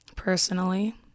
personally